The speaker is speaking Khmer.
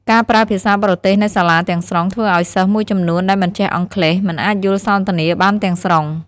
ការប្រើភាសាបរទេសនៅសាលាទាំងស្រុងធ្វើឱ្យសិស្សមួយចំនួនដែលមិនចេះអង់គ្លេស មិនអាចយល់សន្ទនាបានទាំងស្រុង។